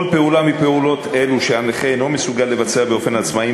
כל פעולה מפעולות אלה שהנכה אינו מסוגל לבצעה באופן עצמאי,